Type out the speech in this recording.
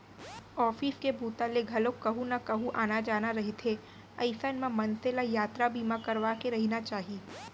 office के बूता ले घलोक कहूँ न कहूँ आना जाना रहिथे अइसन म मनसे ल यातरा बीमा करवाके रहिना चाही